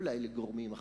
אולי לגורמים אחרים.